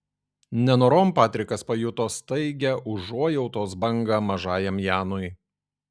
nenorom patrikas pajuto staigią užuojautos bangą mažajam janui